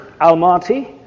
Almaty